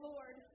Lord